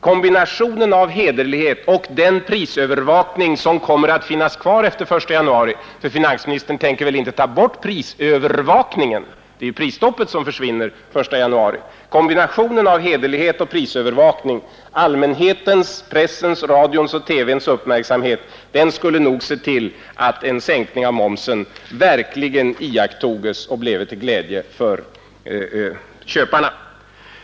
Kombinationen av hederlighet och den prisövervakning som kommer att finnas kvar efter den 1 januari — för finansministern tänker väl inte ta bort prisövervakningen, det är bara prisstoppet som försvinner den 1 januari — och allmänhetens, pressens, radions och televisionens uppmärksamhet skulle nog leda till att en sänkning av momsen verkligen iakttogs och blev till glädje för konsumenterna.